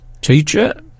Teacher